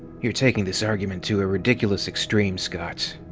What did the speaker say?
you're taking this argument to a ridiculous extreme, scott.